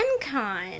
Con